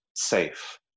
Safe